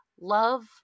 love